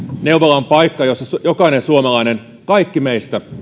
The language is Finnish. neuvola on paikka jossa jokainen suomalainen kaikki meistä